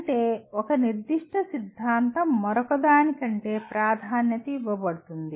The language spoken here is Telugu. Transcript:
అంటే ఒక నిర్దిష్ట సిద్ధాంతం మరొకదాని కంటే ప్రాధాన్యత ఇవ్వబడుతుంది